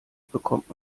bekommt